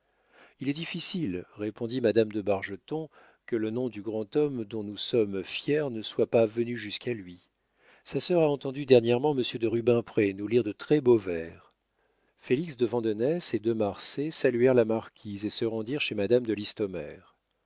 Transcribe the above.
il est difficile répondit madame de bargeton que le nom du grand homme dont nous sommes fiers ne soit pas venu jusqu'à lui sa sœur a entendu dernièrement monsieur de rubempré nous lire de très-beaux vers félix de vandenesse et de marsay saluèrent la marquise et se rendirent chez madame de listomère